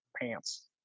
pants